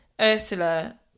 Ursula